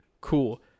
Cool